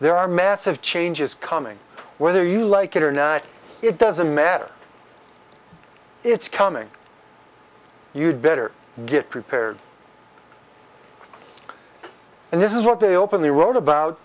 there are massive changes coming whether you like it or not it doesn't matter it's coming you'd better get prepared and this is what they opened the road about